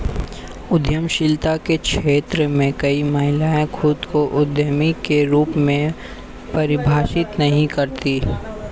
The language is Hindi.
उद्यमशीलता के क्षेत्र में कई महिलाएं खुद को उद्यमी के रूप में परिभाषित नहीं करती